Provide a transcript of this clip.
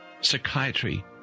Psychiatry